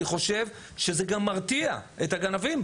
אני חושב שזה גם מרתיע את הגנבים.